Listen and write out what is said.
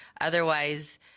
Otherwise